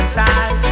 time